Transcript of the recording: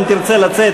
אם תרצה לצאת,